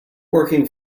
working